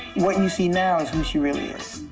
what you see now is who she really is.